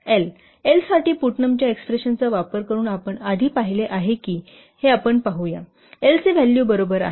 L L साठी पुटनमच्या एक्सप्रेशनचा वापर करून आपण आधी पाहिले आहे हे आपण पाहुया L चे व्हॅल्यू बरोबर आहे